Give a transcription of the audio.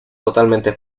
totalmente